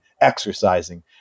exercising